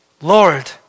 Lord